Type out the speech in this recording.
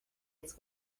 its